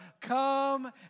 Come